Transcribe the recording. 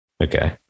Okay